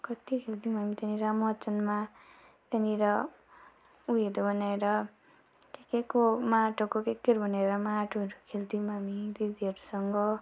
कति खेल्थ्यौँ हामी त्यहाँनिर मचानमा त्यहाँनिर उयोहरू बनाएर के के को माटोको के केहरू बनाएर माटोहरू खेल्थ्यौँ हामी दिदीहरूसँग